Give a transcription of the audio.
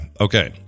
okay